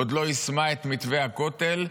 עוד לא יישמה את מתווה הכותל,